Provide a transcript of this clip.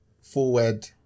Forward